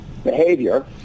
Behavior